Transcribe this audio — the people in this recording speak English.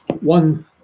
one